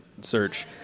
search